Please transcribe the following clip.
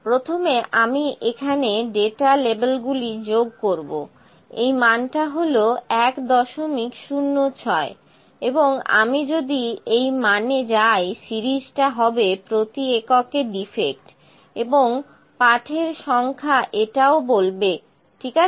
প্রথমে আমি এখানে ডাটা লেবেলগুলি যোগ করব এই মানটা হলো 106 এবং আমি যদি এই মানে যাই সিরিজটা হবে প্রতি এককে ডিফেক্ট এবং পাঠের সংখ্যা এটাও বলবে ঠিক আছে